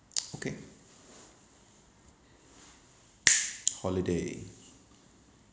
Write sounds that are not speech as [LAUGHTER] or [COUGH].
[NOISE] okay holiday